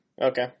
Okay